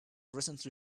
recently